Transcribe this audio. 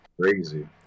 crazy